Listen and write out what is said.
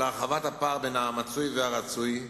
להרחבת הפער בין המצוי והרצוי,